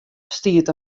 stiet